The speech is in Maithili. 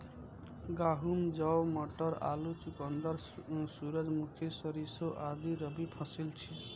गहूम, जौ, मटर, आलू, चुकंदर, सूरजमुखी, सरिसों आदि रबी फसिल छियै